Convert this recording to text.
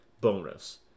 bonus